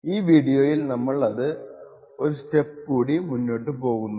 ഈ വീഡിയോയിൽ നമ്മൾ അത് ഒരു സ്റ്റെപ്പ് കൂടി മുന്നോട്ടു പോകും